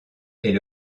est